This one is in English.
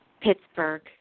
Pittsburgh